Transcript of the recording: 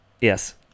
Yes